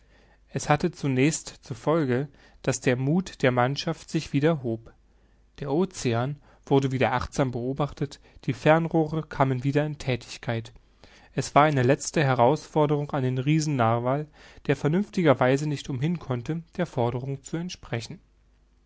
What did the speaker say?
es hatte zunächst zur folge daß der muth der mannschaft sich wieder hob der ocean wurde wieder achtsam beobachtet die fernrohre kamen wieder in thätigkeit es war eine letzte herausforderung an den riesen narwal der vernünftiger weise nicht umhin konnte der forderung zu entsprechen